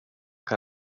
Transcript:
que